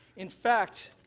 in fact,